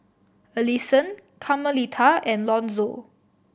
Allisson Carmelita and Lonzo